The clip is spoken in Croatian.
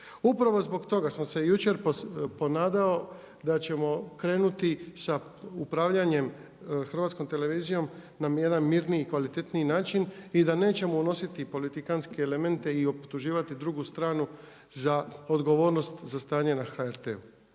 Upravo zbog toga sam se jučer ponadao da ćemo krenuti sa upravljanjem HRT-om na jedan mirniji, kvalitetniji način i da nećemo unositi politikanske elemente i optuživati drugu stranu za odgovornost za stanje na HRT-u.